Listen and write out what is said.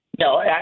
No